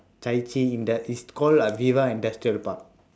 chai chee indust~ is called uh viva industrial park